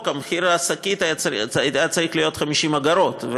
מחיר השקית היה צריך להיות 50 אגורות,